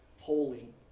holy